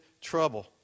trouble